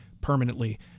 permanently